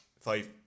Five